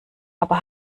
aber